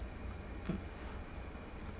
mm